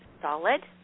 solid